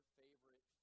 favorite